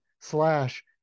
slash